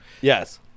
Yes